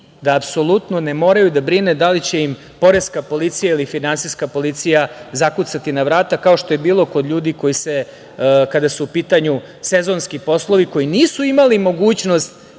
da apsolutno ne moraju da brinu da li će im poreska policija ili finansijska policija zakucati na vrata, kao što je bilo kod ljudi koji se, kada su u pitanju sezonski poslovi, koji nisu imali mogućnost